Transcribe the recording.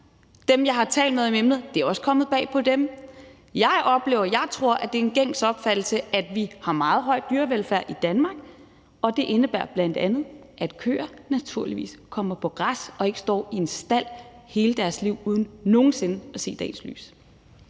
dem, jeg har talt med om emnet, er det også kommet bag på. Jeg oplever og jeg tror, at det er en gængs opfattelse, at vi har en meget høj dyrevelfærd i Danmark, og det indebærer bl.a., at køer naturligvis kommer på græs og ikke står i en stald hele deres liv uden nogen sinde at se dagens lys.